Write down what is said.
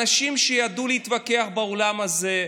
אנשים שידעו להתווכח באולם הזה,